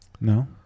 No